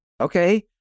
okay